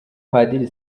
padiri